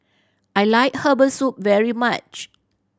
I like herbal soup very much